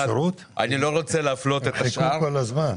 מופיד,